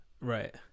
Right